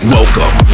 Welcome